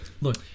Look